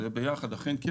אכן כן.